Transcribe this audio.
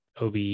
OBE